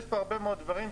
יש פה הרבה מאוד דברים,